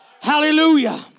Hallelujah